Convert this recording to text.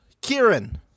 kieran